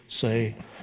say